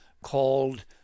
called